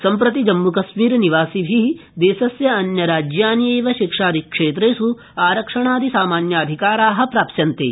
सम्प्रति जम्मू कश्मीरनिवासिभिः देशस्य अन्यराज्यानि एव शिक्षादि क्षेत्रेषु आरक्षणादि सामान्याधिकाराः प्राप्स्यन्ते